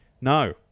No